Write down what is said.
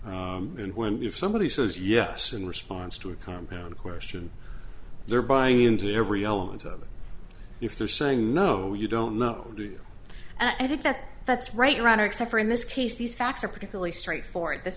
questions and when if somebody says yes in response to a compound question they're buying into every element of it if they're saying no you don't know do i think that that's right runner except for in this case these facts are particularly straightforward this